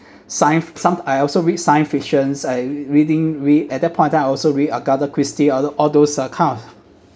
science some I also read science fictions I reading read at that point of time I also read agatha christie other all those uh kind